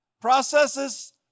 Processes